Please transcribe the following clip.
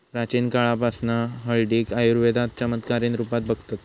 प्राचीन काळापासना हळदीक आयुर्वेदात चमत्कारीक रुपात बघतत